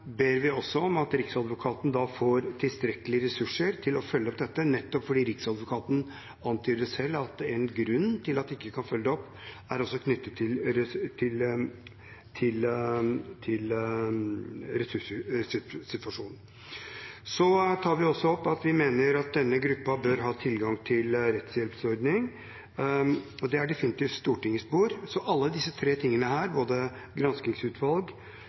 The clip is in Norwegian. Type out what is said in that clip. ber vi også om at Riksadvokaten får tilstrekkelig med ressurser til å følge opp dette, nettopp fordi Riksadvokaten selv antyder at en grunn til at de ikke kan følge det opp, er ressurssituasjonen. Så tar vi også opp at vi mener at denne gruppen bør ha tilgang til en rettshjelpsordning, og det er definitivt Stortingets bord. Alle disse tre tingene, både granskingsutvalg,